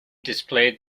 displayed